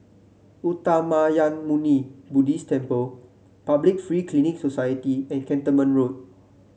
Uttamayanmuni Buddhist Temple Public Free Clinic Society and Cantonment Road